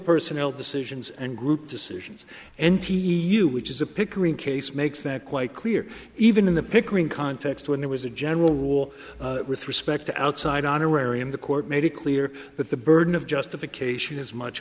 personnel decisions and group decisions n t e u which is a pickering case makes that quite clear even in the pickering context when there was a general rule with respect to outside honorarium the court made it clear that the burden of justification is much